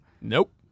nope